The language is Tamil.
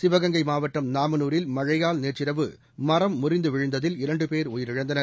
சிவகங்கை மாவட்டம் நாமனூரில் மழையால் நேற்றிரவு மரம் முறிந்து விழுந்ததில் இரண்டு பேர் உயிரிழந்தனர்